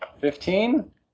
Fifteen